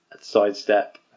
Sidestep